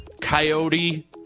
coyote